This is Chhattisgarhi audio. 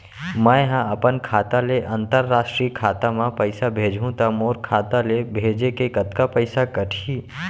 मै ह अपन खाता ले, अंतरराष्ट्रीय खाता मा पइसा भेजहु त मोर खाता ले, भेजे के कतका पइसा कटही?